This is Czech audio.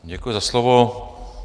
Děkuji za slovo.